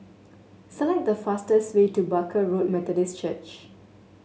select the fastest way to Barker Road Methodist Church